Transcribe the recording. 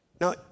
Now